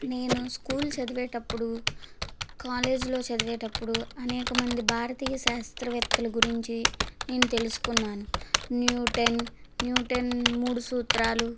నేను స్కూల్ చదివేటప్పుడు కాలేజ్లో చదివేటప్పుడు అనేకమంది భారతీయ శాస్త్రవేత్తల గురించి నేను తెలుసుకున్నాను న్యూటన్ న్యూటన్ మూడు సూత్రాలు